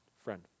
Friend